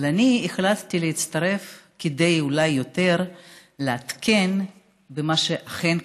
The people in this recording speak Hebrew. אבל אני החלטתי להצטרף אולי כדי יותר לעדכן במה שאכן קורה.